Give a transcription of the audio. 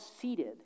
seated